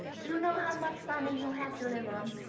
do you know how much money you have to live um